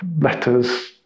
letters